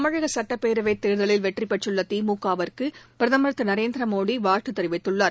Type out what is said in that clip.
தமிழக சட்டப்பேரவைத் தேர்தலில் வெற்றி பெற்றுள்ள திமுகவுக்கு பிரதமர் திரு நரேந்திர மோடி வாழ்த்து தெரிவித்துள்ளார்